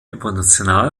emotional